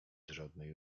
żadnej